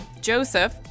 Joseph